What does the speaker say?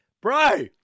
bro